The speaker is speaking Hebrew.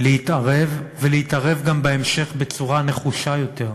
אלא להתערב, ולהתערב גם בהמשך בצורה נחושה יותר.